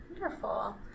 Wonderful